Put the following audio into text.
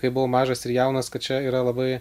kai buvau mažas ir jaunas kad čia yra labai